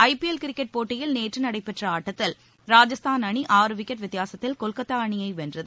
IPL cricket போட்டியில் நேற்று நடைபெற்ற ஆட்டத்தில் ராஜஸ்தான் அணி ஆற விக்கெட் வித்தியாசத்தில் கொல்கத்தா அணியை வென்றது